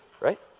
right